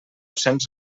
cents